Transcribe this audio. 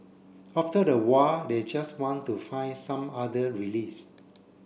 after a while they just want to find some other release